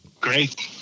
Great